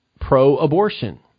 pro-abortion